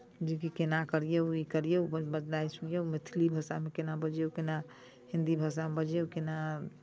जे की केना करियै ई करियै बजनाइ सुनियौ मैथिली भाषामे केना बजियौ केना हिंदी भाषामे बजियौ केना